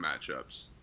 matchups